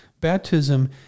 Baptism